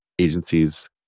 agencies